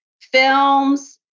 films